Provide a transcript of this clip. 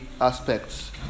aspects